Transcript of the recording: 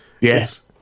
Yes